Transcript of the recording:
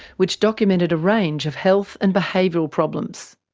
which documented a range of health and behavioural problems.